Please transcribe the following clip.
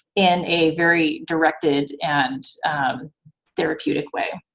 in a very directed and therapeutic way.